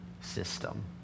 system